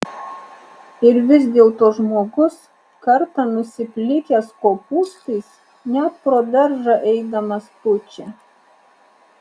ir vis dėlto žmogus kartą nusiplikęs kopūstais net pro daržą eidamas pučia